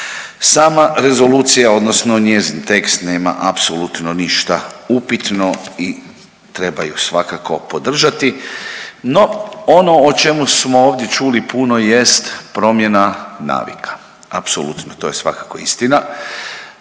Sama rezolucija odnosno njezin tekst nema apsolutno ništa upitno i treba ju svakako podržati. No ono o čemu smo ovdje čuli puno jest promjena navika, apsolutno to je svakako istina.